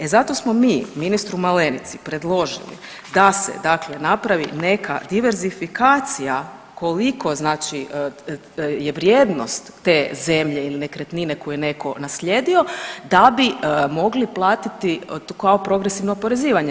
E zato smo mi ministru Malenici predložili da se dakle napravi neka diversifikacija koliko znači je vrijednost te zemlje ili nekretnine koju je netko naslijedio da bi mogli platiti kao progresivno oporezivanje.